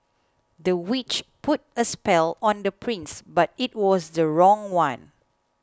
the witch put a spell on the prince but it was the wrong one